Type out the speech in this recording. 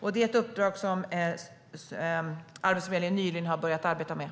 Det är ett uppdrag som Arbetsförmedlingen nyligen har börjat arbeta med.